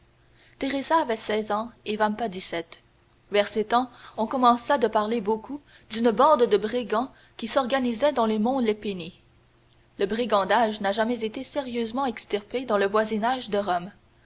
teresa avait seize ans et vampa dix-sept vers ces temps on commença de parler beaucoup d'une bande de brigands qui s'organisait dans les monts lepini le brigandage n'a jamais été sérieusement extirpé dans le voisinage de rome